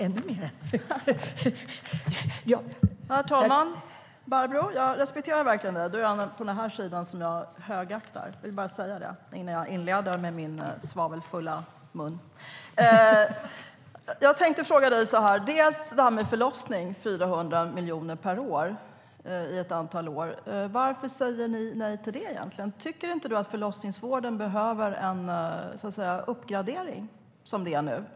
Herr talman! Jag respekterar verkligen dig, Barbro. Du är den som jag högaktar på den sidan. Jag vill bara säga det innan jag och min svavelfulla mun inleder. Jag undrar varför ni säger nej när det gäller förlossningar och 400 miljoner per år i ett antal år. Tycker inte du att förlossningsvården, som den är nu, behöver en uppgradering?